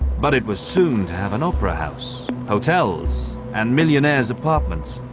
but it was soon to have an opera house, hotels and millionaires' apartments.